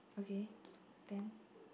okay then